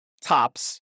tops